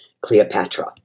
Cleopatra